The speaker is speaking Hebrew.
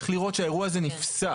צריך לראות שהאירוע הזה נפסק.